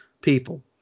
people